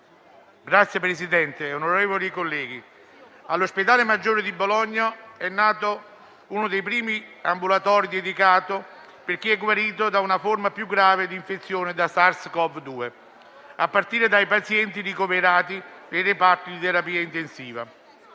colleghi, all'ospedale Maggiore di Bologna è nato uno dei primi ambulatori dedicati a chi è guarito da una forma più grave di infezione da SARS-Cov-2, a partire dai pazienti ricoverati nei reparti di terapia intensiva.